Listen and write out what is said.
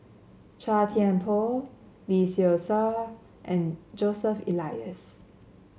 Chua Thian Poh Lee Seow Ser and Joseph Elias